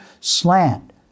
slant